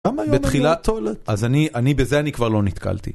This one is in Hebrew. בתחילה, אז אני... אני... בזה אני כבר לא נתקלתי.